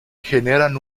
generan